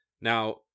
Now